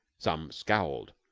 some scowled,